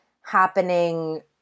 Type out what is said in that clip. happening